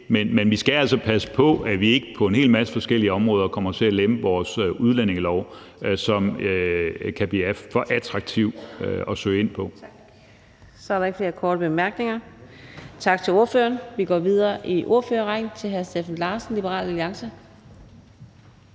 men vi skal altså passe på, at vi ikke på en hel masse forskellige områder kommer til at lempe vores udlændingelov, så det kan blive for attraktivt at søge ind. Kl. 15:47 Fjerde næstformand (Karina Adsbøl): Så er der ikke flere korte bemærkninger. Tak til ordføreren. Vi går videre i ordførerrækken til hr. Steffen Larsen, Liberal Alliance.